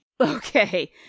Okay